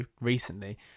recently